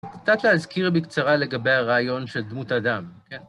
קצת להזכיר בקצרה לגבי הרעיון של דמות אדם.